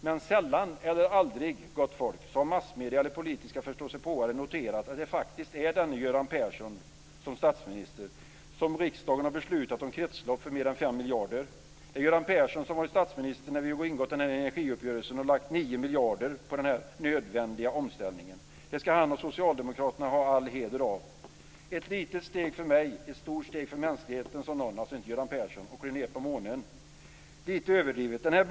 Men sällan eller aldrig, gott folk, har massmedier eller politiska förståsigpåare noterat att det faktiskt är denne Göran Persson som ligger bakom att riksdagen har beslutat om kretslopp för 5 miljarder. Det var Göran Persson som var statsminister när vi ingick energiuppgörelsen och lade ut 9 miljarder på den nödvändiga energiomställningen. Det skall han och socialdemokraterna ha all heder av. Ett litet steg för mig, ett stort steg för mänskligheten, sade någon - inte Göran Persson - och klev ned på månen. Litet överdrivet, kanske.